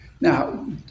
Now